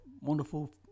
wonderful